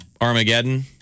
Armageddon